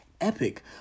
epic